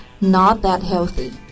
not-that-healthy